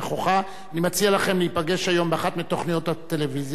אני מציע לכם להיפגש היום באחת מתוכניות הטלוויזיה ולהתווכח.